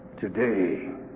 Today